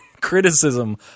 criticism